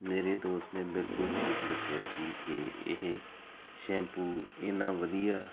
ਮੇਰੇ ਦੋਸਤ ਨੇ ਬਿਲਕੁਲ ਠੀਕ ਦੱਸਿਆ ਸੀ ਕਿ ਇਹ ਸ਼ੈਂਪੂ ਇੰਨਾ ਵਧੀਆ